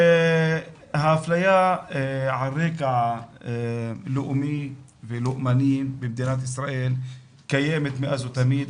האפליה על רקע לאומי ולאומני במדינת ישראל קיימת מאז ומתמיד.